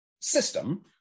system